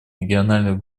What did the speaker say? региональных